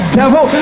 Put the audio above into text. devil